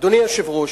אדוני היושב-ראש,